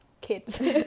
Kids